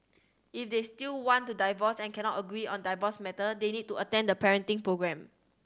if they still want to divorce and cannot agree on divorce matter they need to attend the parenting programme